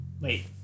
Wait